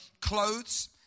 clothes